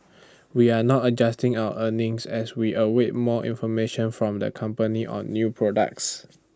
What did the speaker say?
we are not adjusting our earnings as we await more information from the company on new products